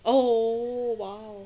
oh !wow!